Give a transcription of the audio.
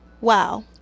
Wow